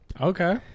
okay